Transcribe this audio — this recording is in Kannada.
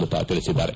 ಲತಾ ತಿಳಿಸಿದ್ದಾರೆ